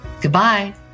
Goodbye